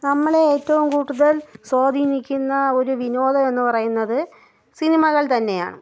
നമ്മളെ ഏറ്റവും കൂടുതൽ സ്വാധീനിക്കുന്ന ഒരു വിനോദം എന്ന് പറയുന്നത് സിനിമകൾ തന്നെയാണ്